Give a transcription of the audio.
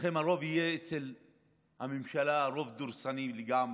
לכן הרוב יהיה אצל הממשלה, רוב דורסני לגמרי.